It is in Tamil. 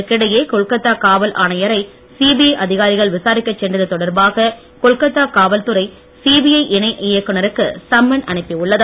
இதற்கிடையே கொல்கத்தா காவல் ஆணையரை சிபிஐ அதிகாரிகள் விசாரிக்கச் சென்றது தொடர்பாக கொல்கத்தா காவல் துறை சிபிஐ இணை இயக்குனருக்கு சம்மன் அனுப்பி உள்ளது